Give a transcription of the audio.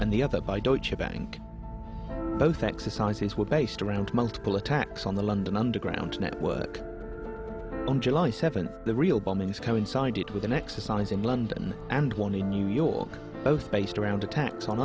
and the other by bank both exercises were based around multiple attacks on the london underground network on july seventh the real bombings coincided with an exercise in london and one in new york both based around atta